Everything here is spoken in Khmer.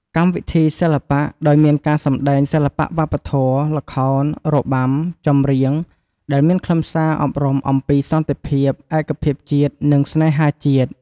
កម្មវិធីសិល្បៈ ដោយមានការសម្តែងសិល្បៈវប្បធម៌ ល្ខោន របាំ ចម្រៀង ដែលមានខ្លឹមសារអប់រំអំពីសន្តិភាព ឯកភាពជាតិ និងស្នេហាជាតិ។